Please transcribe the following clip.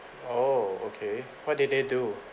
oh okay what did they do